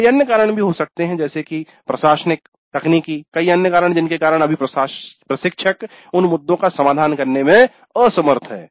कई अन्य कारण भी हो सकते हैं जैसे कि प्रशासनिक तकनीकी कई अन्य कारण जिनके कारण अभी प्रशिक्षक उन मुद्दों का समाधान करने में असमर्थ हैं